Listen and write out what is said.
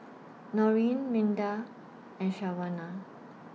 Norene Minda and Shawna